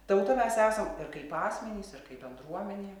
tauta mes esam ir kaip asmenys ir kaip bendruomenė